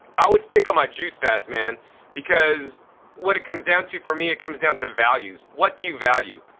i would stick to my juice fast man because what it comes down to for me it comes down to values, what do you value?